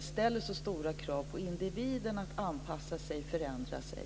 ställer så stora krav på individen att anpassa sig och förändra sig.